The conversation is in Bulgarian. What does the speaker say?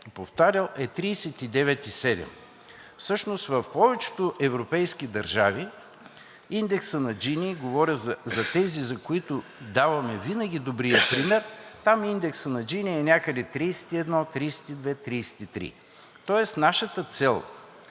повтарял, е 39,7. Всъщност в повечето европейски държави – говоря за тези, с които даваме винаги добрия пример, индексът на Джини е някъде 31, 32, 33. Тоест нашата цел